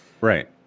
right